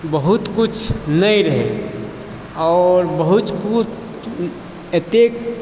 बहुत किछु नहि रहै आओर बहुत किछु एतेक